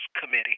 committee